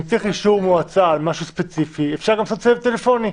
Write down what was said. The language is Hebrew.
אם צריך אישור מועצה על משהו ספציפי אפשר גם לעשות סבב טלפוני.